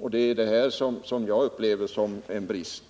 Och det är detta jag upplever som en brist.